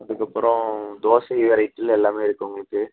அதுக்கப்புறம் தோசை வெரைட்டியில் எல்லாமே இருக்குது உங்களுக்கு